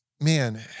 man